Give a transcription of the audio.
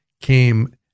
came